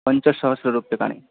पञ्चसहस्ररूप्यकाणि